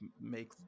make